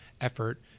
effort